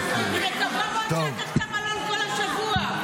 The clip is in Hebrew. אני מקווה מאוד שלקחת מלון כל השבוע.